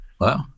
Wow